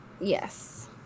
yes